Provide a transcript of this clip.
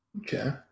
Okay